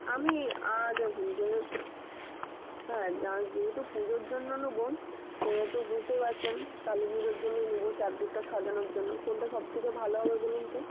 আমি দেখুন যে হ্যাঁ যা যেহেতু পুজোর জন্য নেব সেহেতু বুঝতেই পারছেন কালী পুজোর জন্যই নেব চারদিকটা সাজানোর জন্য কোনটা সবথেকে ভালো হবে বলুন তো